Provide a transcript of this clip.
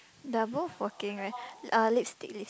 they are both working right uh lipstick lipst~